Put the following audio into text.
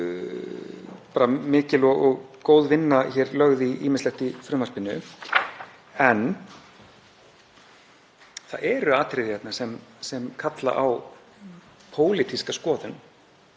og mikil og góð vinna var lögð í ýmislegt í frumvarpinu. En það eru atriði sem kalla á pólitíska skoðun.